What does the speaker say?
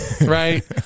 right